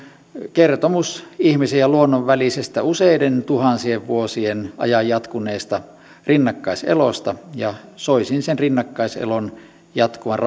kertomus ihmisen ja luonnon välisestä useiden tuhansien vuosien ajan jatkuneesta rinnakkaiselosta ja soisin sen rinnakkaiselon jatkuvan